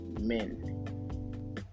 men